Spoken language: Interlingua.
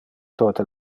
tote